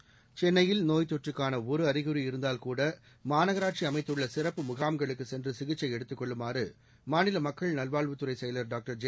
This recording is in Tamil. செகண்ட்ஸ் சென்னையில் நோய்த் தொற்றுக்கான ஒரு அறிகுறி இருந்தால்கூட மாநகராட்சி அமைத்துள்ள சிறப்பு முகாம்களுக்குச் சென்று சிகிச்சை எடுத்துக் கொள்ளுமாறு மாநில மக்கள் நல்வாழ்வுத்துறை செயலர் டாக்டர் ஜெ